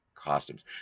Costumes